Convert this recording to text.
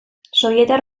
sobietar